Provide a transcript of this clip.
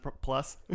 Plus